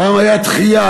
פעם הייתה תחייה,